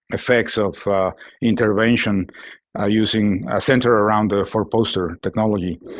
effects of intervention using centered around the four poster technology.